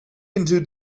into